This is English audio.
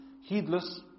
Heedless